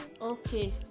okay